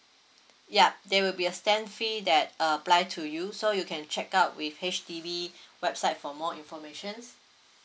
yup there will be a stamp fee that apply to you so you can check out with H_D_B website for more information